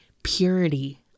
Purity